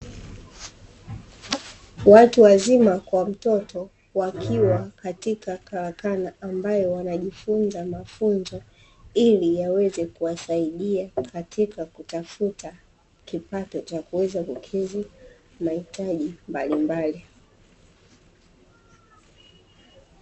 Watu wazima kwa mtoto wakiwa katika karakana ambayo wanajifunza mafunzo, ili yaweze kuwasaidia katika kutafuta kipato cha kuweza kukidhi mahitaji mbalimbali .